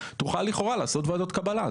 תוכל לכאורה לעשות ועדות קבלה.